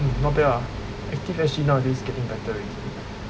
not bad ah ActiveSG nowadays getting better already